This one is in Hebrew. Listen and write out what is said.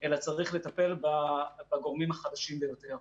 אלא צריך לטפל בגורמים החלשים ביותר.